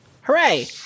Hooray